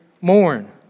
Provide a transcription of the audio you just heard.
mourn